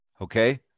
Okay